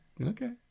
okay